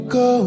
go